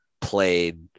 played